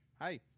hi